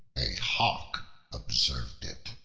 a hawk observed it,